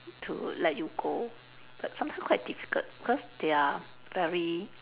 to let you go but sometimes quite difficult because they are very